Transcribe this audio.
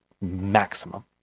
maximum